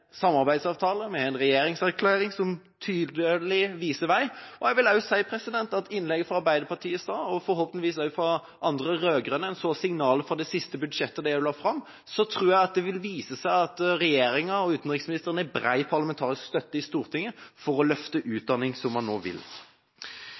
samarbeidsavtale, vi har en regjeringserklæring som tydelig viser vei, og jeg vil også si at med innlegget fra Arbeiderpartiet i stad og forhåpentligvis også fra andre rød-grønne – vi så signalet i det siste budsjettet de la fram – vil det vise seg at regjeringen og utenriksministeren har bred parlamentarisk støtte i Stortinget for å løfte